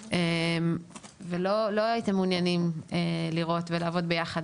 ולא הייתם מעוניינים לראות ולעבוד ביחד